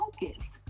focused